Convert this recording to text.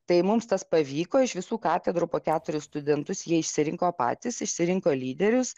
tai mums tas pavyko iš visų katedrų po keturis studentus jie išsirinko patys išsirinko lyderius